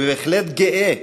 ובהחלט גאה,